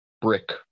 brick